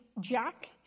Jack